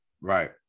right